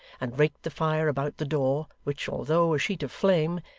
and raked the fire about the door, which, although a sheet of flame,